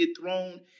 thrown